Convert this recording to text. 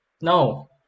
no